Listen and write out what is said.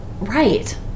Right